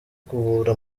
kuvura